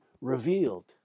revealed